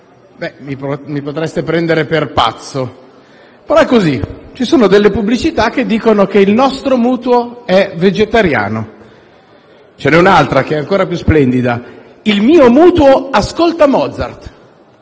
Mi potreste prendere per pazzo. Però è così: ci sono delle pubblicità che dicono che «Il nostro mutuo è vegetariano». Ce n'è un'altra, che è ancora più splendida: «Il mio mutuo ascolta Mozart».